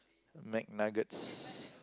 McNuggets